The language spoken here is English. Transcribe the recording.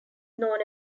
known